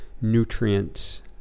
nutrients